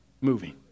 Moving